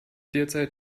derzeit